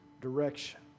direction